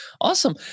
Awesome